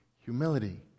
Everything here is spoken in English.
humility